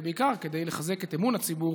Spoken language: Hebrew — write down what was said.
ובעיקר כדי לחזק את אמון הציבור